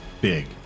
big